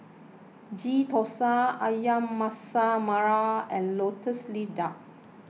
Ghee Thosai Ayam Masak Merah and Lotus Leaf Duck